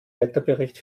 wetterbericht